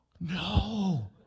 no